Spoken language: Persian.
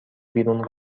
بیرون